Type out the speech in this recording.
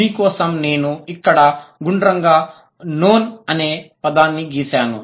మీ కోసం నేను ఇక్కడ గుండ్రంగా నోన్ అనే పదాన్ని గీసాను